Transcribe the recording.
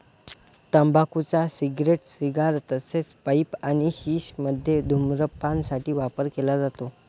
तंबाखूचा cigarette, cigar तसेच pipe आणि शिश मध्ये धूम्रपान साठी वापर केला जातो